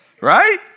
Right